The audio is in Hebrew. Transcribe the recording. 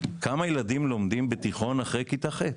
כמה ילדים לומדים בתיכון אחרי כיתה ח',